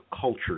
culture